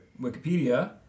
Wikipedia